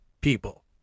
people